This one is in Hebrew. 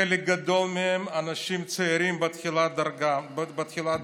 חלק גדול מהם אנשים צעירים בתחילת דרכם.